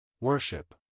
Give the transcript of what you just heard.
Worship